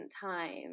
time